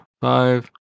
five